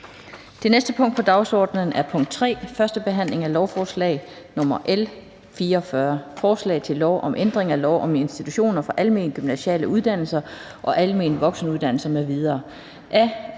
Det næste punkt på dagsordenen er: 3) 1. behandling af lovforslag nr. L 44: Forslag til lov om ændring af lov om institutioner for almengymnasiale uddannelser og almen voksenuddannelse m.v.